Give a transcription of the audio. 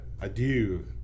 Adieu